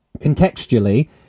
contextually